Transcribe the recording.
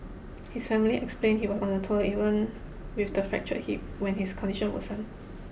his family explained he was on the tour even with the fractured hip when his condition worsened